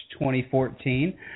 2014